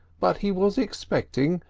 but he was expecting,